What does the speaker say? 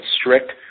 strict